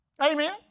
amen